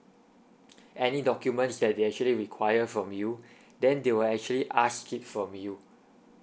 any documents that they actually require from you then they will actually ask it from you